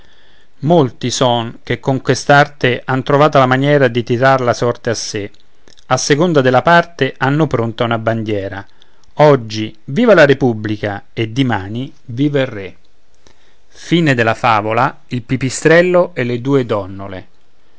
molti son che con quest'arte han trovata la maniera di tirar la sorte a sé a seconda della parte hanno pronta una bandiera oggi viva la repubblica e dimani viva il